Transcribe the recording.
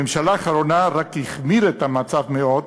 הממשלה האחרונה רק החמירה את המצב מאוד,